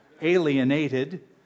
alienated